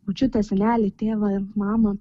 močiutę senelį tėvą mamą